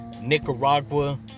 Nicaragua